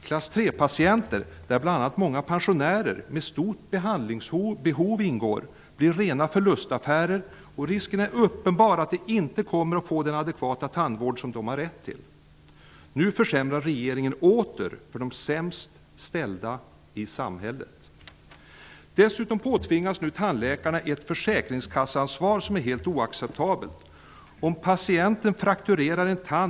Patienter i klass 3 -- där bl.a. många pensionärer med stort behandlingsbehov ingår -- blir rena förlustaffärer, och risken är uppenbar att de inte kommer att få den adekvata tandvård som de har rätt till. Nu försämrar regeringen åter för de sämst ställda i samhället. Dessutom påtvingas nu tandläkarna ett försäkringskasseansvar som är helt oacceptabelt.